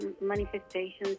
manifestations